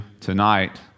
tonight